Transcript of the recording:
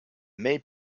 may